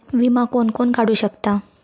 विमा कोण कोण काढू शकता?